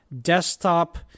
desktop